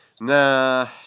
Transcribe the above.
Nah